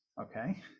Okay